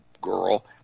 girl